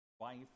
wife